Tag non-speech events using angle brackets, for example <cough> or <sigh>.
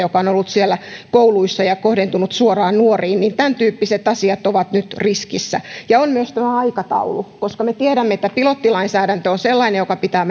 joka on ollut siellä kouluissa ja kohdentunut suoraan nuoriin tämäntyyppiset asiat ovat nyt riskin alla ja on myös tämä aikataulu me tiedämme että pilottilainsäädäntö on sellainen jonka pitää <unintelligible>